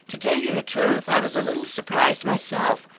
to tell you the truth, i was a little surprised myself,